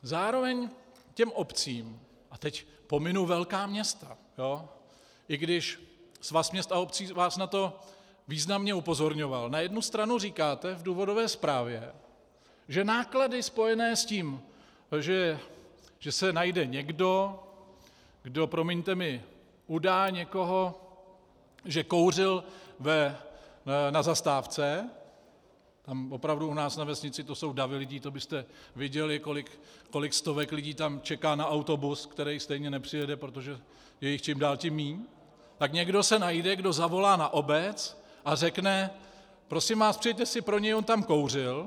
Zároveň obcím, a teď pominu velká města, i když Svaz měst a obcí vás na to významně upozorňoval, na jednu stranu říkáte v důvodové zprávě, že náklady spojené s tím, že se najde někdo, kdo, promiňte mi, udá někoho, že kouřil na zastávce, tam opravdu u nás na vesnici to jsou davy lidí, to byste viděli, kolik stovek lidí tam čeká na autobus, který stejně nepřijede, protože je jich stejně čím dál tím méně, tak někdo se najde, kdo zavolá na obec a řekne: prosím vás, přijeďte si pro něj, on tam kouřil.